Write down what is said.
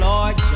Lord